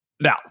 now